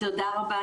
תודה רבה,